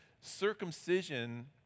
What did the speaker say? circumcision